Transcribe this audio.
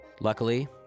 Luckily